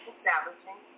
Establishing